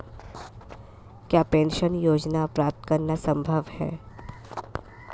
क्या पेंशन योजना प्राप्त करना संभव है?